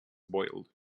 boiled